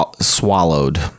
swallowed